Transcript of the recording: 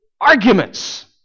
arguments